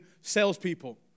salespeople